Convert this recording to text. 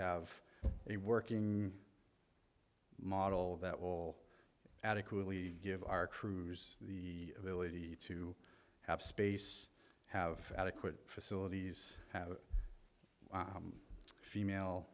have a working model that will adequately give our crews the ability to have space have adequate facilities have female